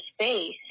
space